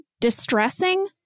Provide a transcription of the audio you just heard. distressing